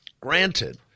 Granted